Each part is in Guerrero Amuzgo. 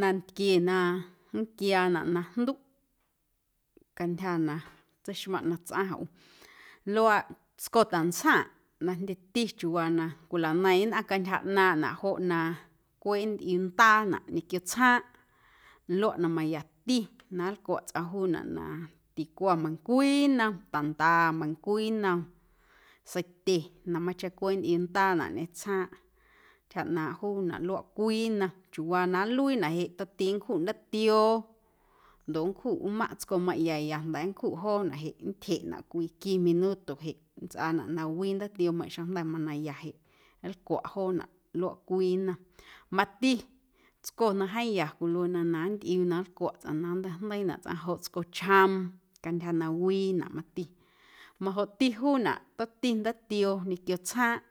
Nantquie na nnquiaanaꞌ na jnduꞌ cantyja na tseixmaⁿꞌ na tsꞌaⁿ ꞌu luaaꞌ tscotantsjaⁿꞌ na jndyeti chiuuwaa na cwilaneiⁿ nnꞌaⁿ cantyja ꞌnaaⁿꞌnaꞌ joꞌ na cweꞌ nntꞌiuundaanaꞌ ñequio tsjaaⁿꞌ luaꞌ na mayati na nlcwaꞌ tsꞌaⁿ juunaꞌ na ticwa meiⁿncwii nnom ta̱nda meiⁿcwii nnom seitye na mayuuꞌcheⁿ na cweꞌ nntꞌiuundaanaꞌ ñꞌeⁿ tsjaaⁿꞌ ntyja ꞌnaaⁿꞌ juunaꞌ luaꞌ cwii nnom chiuuwaa na nluiinaꞌ jeꞌ mati nncjuꞌ ndaatioo ndoꞌ nncjuꞌ nmaⁿꞌ tscomeiⁿꞌ ya ya nda̱ nncjuꞌ joonaꞌ jeꞌ nntyjeꞌnaꞌ cwii qui minuto jeꞌ nntsꞌaanaꞌ na wii ndaatioomeiⁿꞌ xeⁿjnda̱ mana ya jeꞌ nlcwaꞌ joonaꞌ luaꞌ cwii nnom. Mati tsco na jeeⁿ ya cwiluena na nntꞌiuu na nlcwaꞌ tsꞌaⁿ na nnteijndeiinaꞌ tsꞌaⁿ joꞌ tscochjoom cantyja na wiinaꞌ mati majoꞌti juunaꞌ tomti ndaatioo ñequio tsjaaⁿꞌ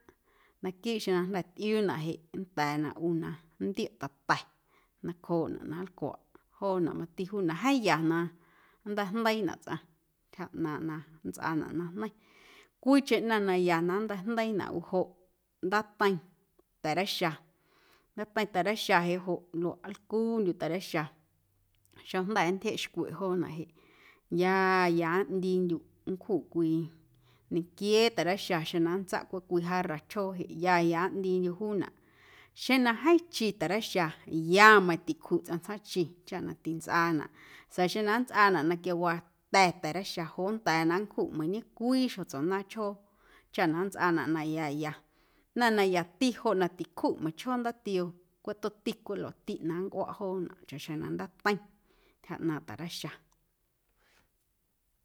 naquiiꞌ xeⁿ na jnda̱ tꞌiuunaꞌ jeꞌ nnda̱a̱ na ꞌu na nntioꞌ ta̱ta̱ nacjooꞌnaꞌ na nlcwaꞌ joonaꞌ mati juunaꞌ jeeⁿ ya na nnteijndeiinaꞌ tsꞌaⁿ ntyja ꞌnaaⁿꞌ na nntsꞌaanaꞌ na jneiⁿ, cwiicheⁿ ꞌnaⁿ na ya na nnteijndeiinaꞌ ꞌu joꞌ ndaateiⁿ ta̱reixa, ndaateiⁿ ta̱reixa jeꞌ joꞌ luaꞌ lcuundyuꞌ ta̱reixa xeⁿjnda̱ nntyjeꞌxcweꞌ joonaꞌ jeꞌ ya ya ꞌndiindyuꞌ nncjuꞌ cwii ñequiee ta̱reixa xeⁿ na nntsaꞌ cweꞌ cwii jarra chjoo jeꞌ ya ya ꞌndiindyuꞌ juunaꞌ xeⁿ na jeeⁿ chi ta̱reixa ya meiiⁿ ticjuꞌ tsꞌaⁿ tsjaaⁿꞌchi chaꞌ na tintsꞌaanaꞌ na xeⁿ na nntsꞌaanaꞌ na quiawaa ta̱ ta̱reixa joꞌ nnda̱a̱ na nncjuꞌ meiiⁿ ñecwii xjotsuaꞌnaaⁿchjoo chaꞌ na nntsꞌaanaꞌ na ya ya ꞌnaⁿ na yati joꞌ na ticjuꞌ meiⁿchjoo ndaatioo cweꞌ tomti cweꞌ luaꞌti na nncꞌuaꞌ joonaꞌ chaꞌxjeⁿ na ndaateiⁿ ntyja ꞌnaaⁿꞌ ta̱reixa.